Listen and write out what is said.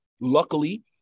luckily